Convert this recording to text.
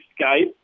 Skype